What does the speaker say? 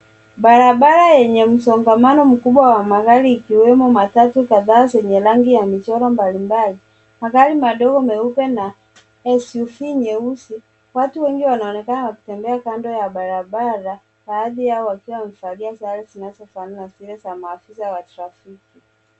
Barabara yenye msongamano mkubwa wa magari ikiwemo matatu kadhaa zenye rangi ya michoro mbalimbali. Magari madogo meupe na SUV nyeusi. Watu wengi wanaonekana wakitembea kando ya barabara, baadhi yao wakiwa wamevalia sare zinazofanana na zile za maafisa wa trafiki.